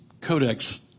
codex